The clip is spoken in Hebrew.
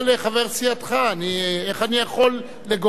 איך אני יכול לגונן על רותם מפניך?